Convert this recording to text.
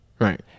right